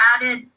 added